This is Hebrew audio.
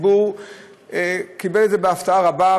הציבור קיבל את זה בהפתעה רבה,